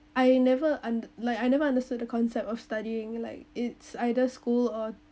I never un~ like I never understood the concept of studying like it's either school or